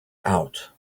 out